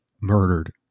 murdered